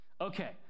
Okay